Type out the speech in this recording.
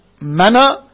manner